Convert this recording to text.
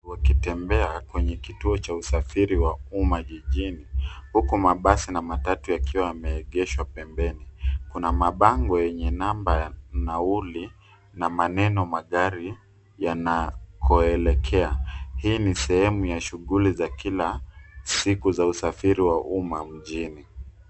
Wakitembea kwenye kituo cha usafiri wa umma jijini huku mabasi na matatu yakiwa yameegeshwa pembeni ,kuna mabango yenye namba ya nauli na maneno magari yanakoelekea. Hii ni sehemu ya shughuli za kila siku za usafiri wa umma mjini.